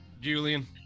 Julian